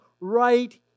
right